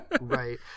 Right